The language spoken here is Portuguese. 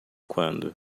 quando